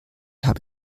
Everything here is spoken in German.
habe